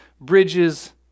bridges